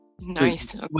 nice